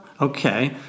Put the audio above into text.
Okay